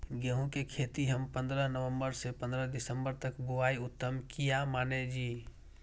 गेहूं के खेती हम पंद्रह नवम्बर से पंद्रह दिसम्बर तक बुआई उत्तम किया माने जी?